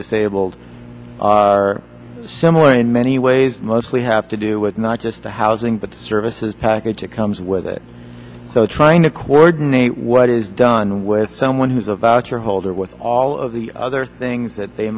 disabled are similar in many ways mostly have to do with not just the housing but the services package that comes with it so trying to coordinate what is done with someone who's about your hold or with all of the other things that they